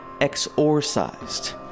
exorcised